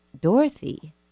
Dorothy